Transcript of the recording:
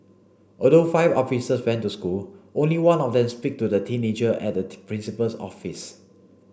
although five officer went to the school only one of them spoke to the teenager at the principal's office